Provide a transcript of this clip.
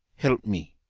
help me.